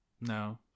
No